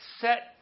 set